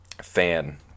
fan